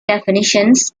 definitions